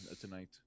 tonight